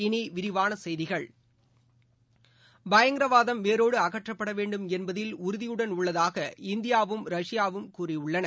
இனி விரிவான செய்திகள் பயங்கரவாதம் வேரோடு அகற்றப்பட வேண்டும் என்பதில் உறுதியுடன் உள்ளதாக இந்தியாவும் ரஷ்யாவும் கூறியுள்ளன